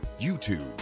YouTube